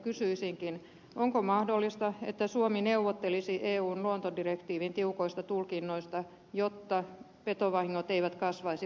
kysyisinkin onko mahdollista että suomi neuvottelisi eun luontodirektiivin tiukoista tulkinnoista jotta petovahingot eivät kasvaisi vuodesta toiseen